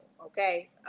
Okay